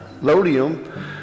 lodium